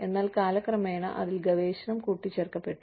എന്നാൽ കാലക്രമേണ അതിൽ ഗവേഷണം കൂട്ടിച്ചേർക്കപ്പെട്ടു